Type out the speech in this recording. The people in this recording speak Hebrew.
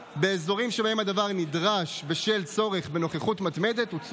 וכתוצאה מכך הרועים נאלצים לבלות את שעות הלילה בהשגחה על